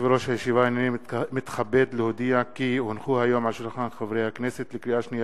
ראשונה ותועבר לוועדת הכלכלה להכנה לקריאה שנייה